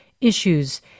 issues